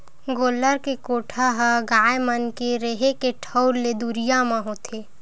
गोल्लर के कोठा ह गाय मन के रेहे के ठउर ले दुरिया म होथे